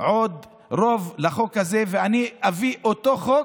עוד רוב לחוק הזה, ואני אביא אותו חוק,